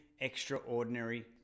extraordinary